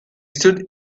stood